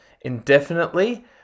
indefinitely